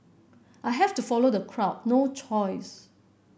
I have to follow the crowd no choice